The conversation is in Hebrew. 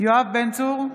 יואב בן צור,